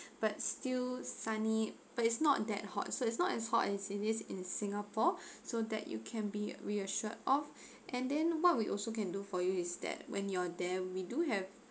but still sunny but it's not that hot so it's not as hot as it is in singapore so that you can be reassured of and then what we also can do for you is that when you're there we do have